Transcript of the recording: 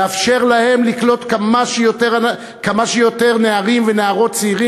לאפשר להן לקלוט כמה שיותר נערות ונערים.